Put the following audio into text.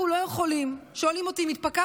אנחנו לא יכולים, שואלים אותי אם התפכחתי?